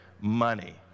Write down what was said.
money